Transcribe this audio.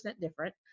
different